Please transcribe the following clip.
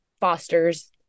fosters